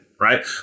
right